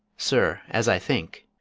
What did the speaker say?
sir, as i think.